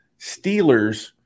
Steelers